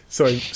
Sorry